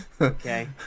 Okay